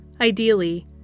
Ideally